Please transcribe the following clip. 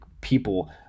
people